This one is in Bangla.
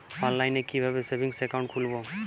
অনলাইনে কিভাবে সেভিংস অ্যাকাউন্ট খুলবো?